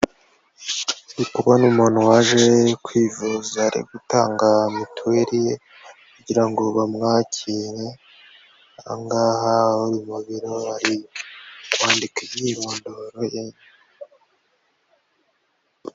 Ndi kubona umuntu waje kwivuza, ari gutanga mituweli ye kugira ngo bamwakire, aha ngaha ni mu biro bari kwandika imyirondoro ye.